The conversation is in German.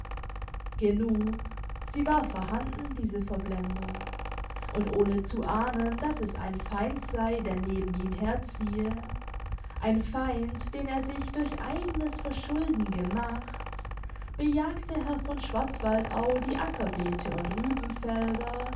genug sie war vorhanden diese verblendung und ohne zu ahnen daß es ein feind sei der neben ihm herziehe ein feind den er sich durch eigenes verschulden gemacht bejagte herr von schwarzwaldau die ackerbeete und